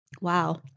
wow